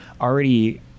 already